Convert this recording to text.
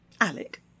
Alec